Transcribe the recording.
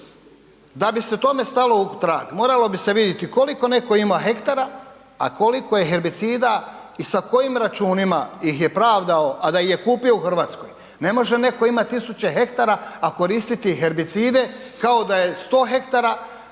Da bi se tome stalo u trag moralo bi se vidjeti koliko netko ima hektara, a koliko je herbicida i sa kojim računima ih je pravdao, a da ih je kupio u Hrvatskoj. Ne može netko imati tisuće hektara, a koristiti herbicide kao da je 100 hektara